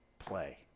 play